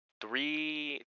three